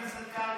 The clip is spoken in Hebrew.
חבר הכנסת קרעי,